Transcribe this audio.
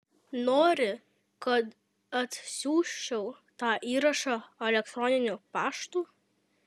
nori kad atsiųsčiau tą įrašą elektroniniu paštu